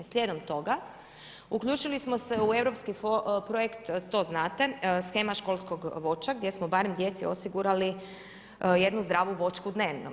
Slijedom toga, uključili smo se u europski projekt, to znate, shema školskog voća, gdje smo barem djeci osigurali jednu zdravu voćku dnevno.